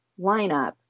lineup